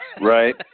Right